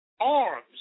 arms